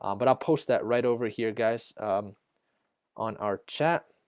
um but i'll post that right over here guys on our chat